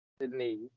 Sydney